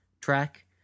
track